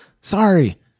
Sorry